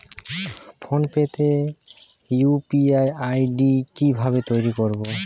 Phone pay তে UPI ID কি ভাবে তৈরি করবো?